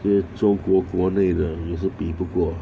这个中国国内的也是比不过